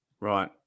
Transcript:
Right